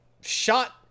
shot